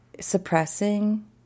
suppressing